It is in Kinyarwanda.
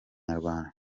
inyarwanda